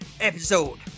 episode